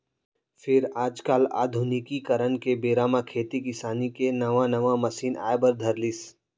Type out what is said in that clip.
फेर आज काल आधुनिकीकरन के बेरा म खेती किसानी के नवा नवा मसीन आए बर धर लिस